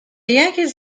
yankees